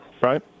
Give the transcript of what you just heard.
right